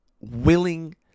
willing